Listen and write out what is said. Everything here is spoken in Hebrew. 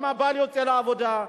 גם הבעל יוצא לעבודה,